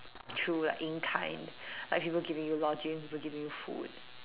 through like in kind like people giving you lodging people giving you food